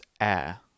air